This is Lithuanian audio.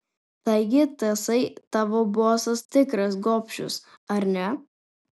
taigi tasai tavo bosas tikras gobšius ar ne